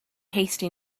hasty